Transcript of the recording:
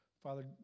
father